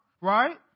right